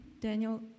Daniel